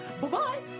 Bye-bye